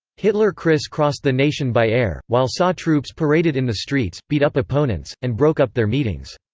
hitler criss-crossed the nation by air, while sa troops paraded in the streets, beat up opponents, and broke up their meetings.